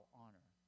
honor